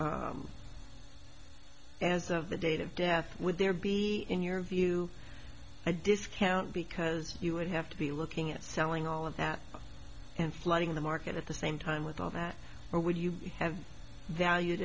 as of the date of death would there be in your view a discount because you would have to be looking at selling all of that and flooding the market at the same time with all that what would you have valued